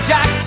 Jack